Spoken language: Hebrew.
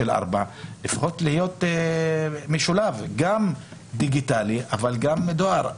ארבע שנים לפחות להיות משולב גם דיגיטלי וגם בדואר.